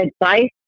Advice